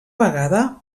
vegada